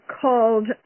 called